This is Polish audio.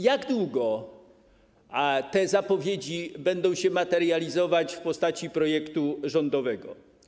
Jak długo te zapowiedzi będą się materializować w postaci projektu rządowego?